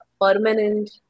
permanent